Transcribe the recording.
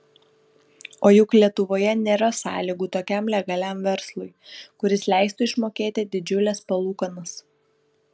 o juk lietuvoje nėra sąlygų tokiam legaliam verslui kuris leistų išmokėti didžiules palūkanas